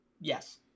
yes